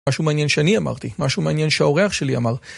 משהו מעניין שאני אמרתי, משהו מעניין שהאורח שלי אמר.